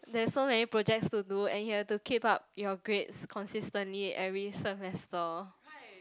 there's so many projects to do and you have to keep up your grade consistently every semester